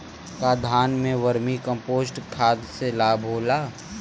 का धान में वर्मी कंपोस्ट खाद से लाभ होई?